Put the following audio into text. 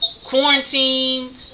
quarantine